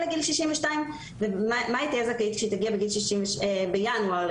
לגיל 62 ולמה היא תהיה זכאית כשהיא תגיע בינואר הקרוב